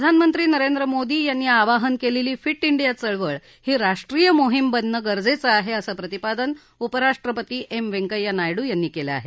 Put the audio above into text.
प्रधानमंत्री नरेंद्र मोदी यांनी आवाहन केलेली फिट डिया चळवळ ही राष्ट्रीय मोहीम बनणं गरजेचं आहे असं प्रतिपादन उपराष्ट्रपती एम वैकंय्या नायडू यांनी केलं आहे